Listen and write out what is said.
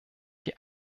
die